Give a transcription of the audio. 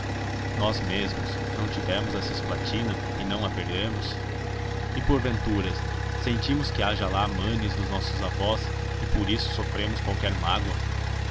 nós mesmos não tivemos a cisplatina e não a perdemos e porventura sentimos que haja lá manes dos nossos avós e por isso sofremos qualquer mágoa